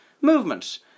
movement